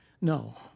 No